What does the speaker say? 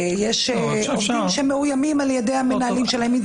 יש עובדים שמאוימים על ידי המנהלים שלהם.